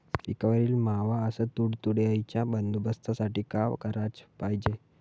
पिकावरील मावा अस तुडतुड्याइच्या बंदोबस्तासाठी का कराच पायजे?